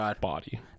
body